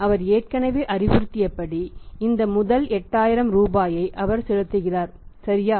அவர் ஏற்கனவே அறிவுறுத்தியபடி இந்த முதல் 8000 ரூபாயை அவர் செலுத்துகிறார் சரியா